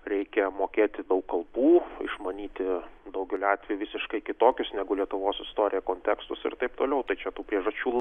reikia mokėti daug kalbų išmanyti daugeliu atveju visiškai kitokius negu lietuvos istorija tekstus ir taip toliau tai čia tų priežasčių